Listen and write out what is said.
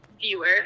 viewer